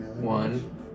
One